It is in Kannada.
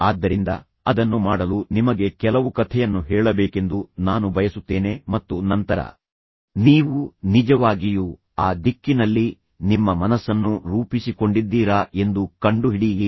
ಆದ್ದರಿಂದ ಅದನ್ನು ಮಾಡಲು ನಿಮಗೆ ಕೆಲವು ಕಥೆಯನ್ನು ಹೇಳಬೇಕೆಂದು ನಾನು ಬಯಸುತ್ತೇನೆ ಮತ್ತು ನಂತರ ನೀವು ನಿಜವಾಗಿಯೂ ಆ ದಿಕ್ಕಿನಲ್ಲಿ ನಿಮ್ಮ ಮನಸ್ಸನ್ನು ರೂಪಿಸಿಕೊಂಡಿದ್ದೀರಾ ಎಂದು ಕಂಡುಹಿಡಿಯಿರಿ